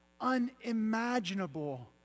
unimaginable